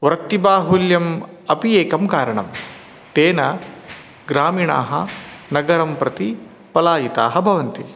वृत्तिबाहुल्यम् अपि एकं कारणं तेन ग्रामीणाः नगरं प्रति पलायिताः भवन्ति